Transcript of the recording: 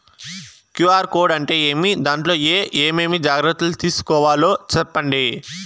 QR code అంటే ఏమి? దాంట్లో ఏ ఏమేమి జాగ్రత్తలు తీసుకోవాలో సెప్పండి?